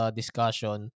discussion